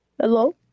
Hello